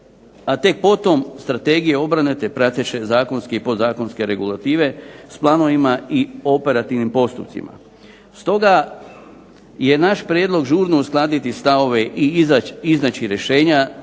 a tek potom strategije obrane te prateće zakonske i podzakonske regulative s planovima i operativnim postupcima. Stoga je naš prijedlog žurno uskladiti stavove i iznaći rješenja